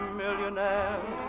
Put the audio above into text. millionaire